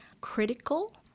critical